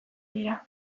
dira